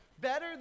better